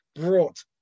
brought